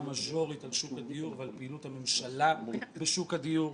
מז'ורית על שוק הדיור ועל פעילות הממשלה בשוק הדיור.